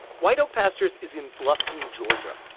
white oak pastures is in bluffton, ga.